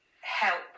help